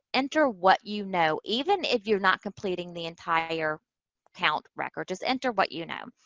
enter what you know, even if you're not completing the entire count record. just enter what you know.